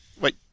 Wait